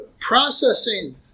processing